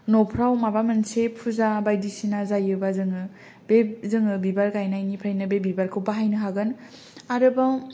न'फ्राव माबा मोनसे फुजा बायदिसिना जायोबा जोङो बे जोङो बिबार गायनायनिफ्रायनो बे बिबारखौ बाहायनो हागोन आरोबाव